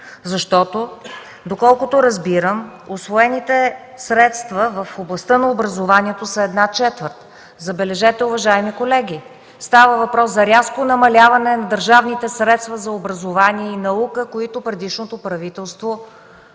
защото, доколкото разбирам, усвоените средства в областта на образованието са една четвърт. Забележете, уважаеми колеги, става въпрос за рязко намаляване на държавните средства за образование и наука, които предишното правителство осъществи.